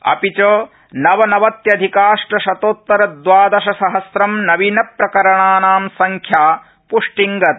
अपि च नवनवत्यधिकाष्टशतोत्तरद्वादशसहस्रं नवीन प्रकरणानां संख्या प्ष्टिं गता